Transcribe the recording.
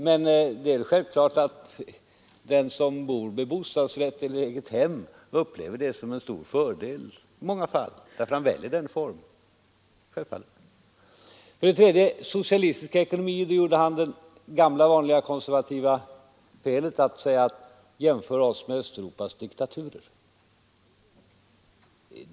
Men det är självklart att den som bor Allmänna pensionsmed bostadsrätt eller i eget hem upplever det som en stor fördel i många fondens förvaltning, m.m. fall — det är därför vederbörande väljer den formen. För det tredje: När herr Burenstam Linder talade om socialistiska ekonomier gjorde han det vanliga felet att jämföra oss med Östeuropas diktaturer.